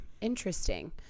Interesting